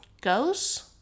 goes